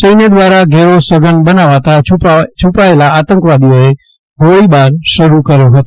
સૈન્ય દ્વારા ઘેરો સઘન બનાવતા છુપાયેલા આતંકવાદીઓએ ગોળીબાર શરૂ કર્યો હતો